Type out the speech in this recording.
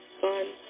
fun